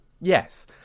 Yes